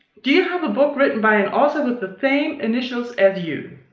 do you have a book written by an author with the same initials as you?